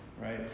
Right